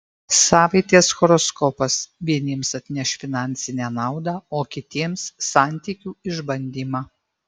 savaitės horoskopas vieniems atneš finansinę naudą o kitiems santykių išbandymą